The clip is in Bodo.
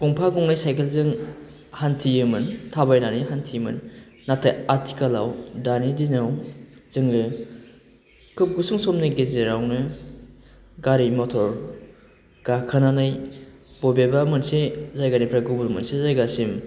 गंफा गंनै साइखेलजों हान्थियोमोन थाबायनानै हान्थियोमोन नाथाइ आथिखालाव दानि दिनाव जोङो खुब गुसुं समनि गेजेरावनो गारि मथर गाखोनानै बबेबा मोनसे जायगानिफ्राय गुबुन मोनसे जायगासिम